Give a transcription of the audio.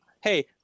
hey